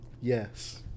Yes